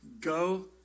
Go